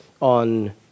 on